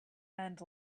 and